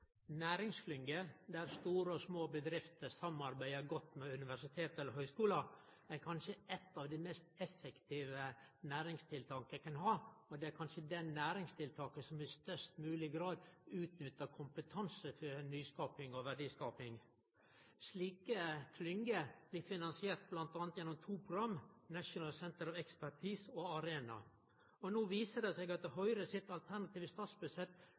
Næringsklyngje der store og små bedrifter samarbeider godt med universitet eller høgskolar, er kanskje eit av dei mest effektive næringstiltaka ein kan ha. Det er kanskje det næringstiltaket som i størst mogleg grad utnyttar kompetanse for nyskaping og verdiskaping. Slike klyngjer blir finansierte bl.a. gjennom to program, Norwegian Centres of Expertise og Arena. No viser det seg at Høgre i sitt alternative statsbudsjett